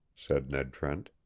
said ned trent.